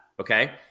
okay